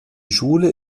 schule